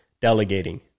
delegating